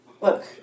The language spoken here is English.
Look